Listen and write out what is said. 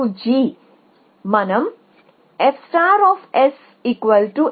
nk G మనం ff